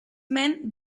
men